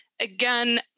again